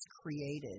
created –